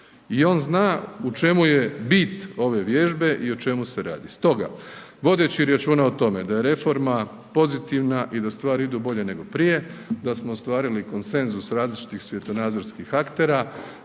i on zna u čemu je bit ove vježbe i o čemu se radi. Stoga, vodeći računa o tome da je reforma pozitivna i da stvari idu bolje nego prije, da smo ostvarili konsenzus različitih svjetonazorskih aktera,